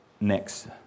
next